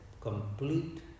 complete